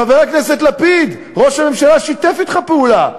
חבר הכנסת לפיד, ראש הממשלה שיתף אתך פעולה?